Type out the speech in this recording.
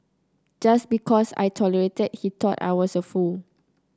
just because I tolerated he thought I was a fool